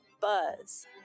Buzz